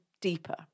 deeper